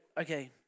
okay